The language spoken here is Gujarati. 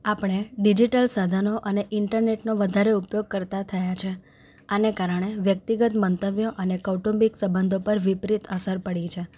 આપણે ડિઝિટલ સાધનો અને ઈન્ટરનેટનો વધારે ઉપયોગ કરતા થયા છીએ આને કારણે વ્યક્તિગત મંતવ્ય અને કૌટુંબિક સંબંધો પર વિપરીત અસર પડી છે